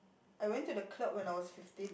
I went to the club when I was fifteen